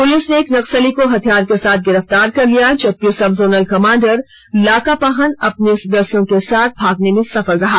police ने एक नक्सली को हथियार के साथ गिरफ्तार कर लिया जबकि sub zonal commander Laka Pahan अपने सदस्यों के साथ भागने में सफल रहा